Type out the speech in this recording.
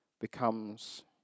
becomes